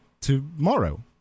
tomorrow